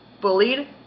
bullied